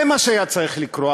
זה מה שהיה צריך לקרות.